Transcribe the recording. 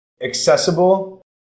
accessible